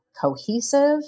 cohesive